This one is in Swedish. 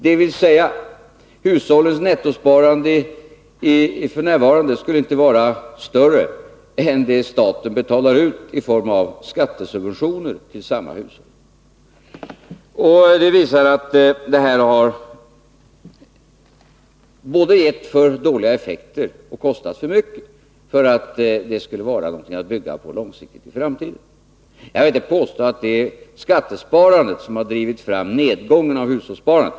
Det innebär att hushållens nettosparande f.n. inte är mer än det staten betalar ut i form av skattesubventioner till samma hushåll. Det visar att systemet har både givit alltför dåliga effekter och kostat alltför mycket för att det skulle vara något som man långsiktigt kunde bygga på. Jag vill inte påstå att det är skattesparandet som har drivit fram nedgången i hushållssparandet.